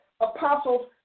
apostles